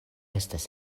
estas